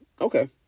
Okay